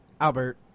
Albert